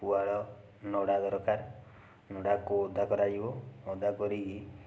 ପୁହାଳ ନଡ଼ା ଦରକାର ନଡ଼ାକୁ ଓଦା କରାଯିବ ଓଦା କରିକି